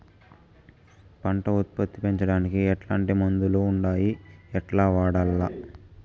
పంట ఉత్పత్తి పెంచడానికి ఎట్లాంటి మందులు ఉండాయి ఎట్లా వాడల్ల?